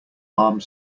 armed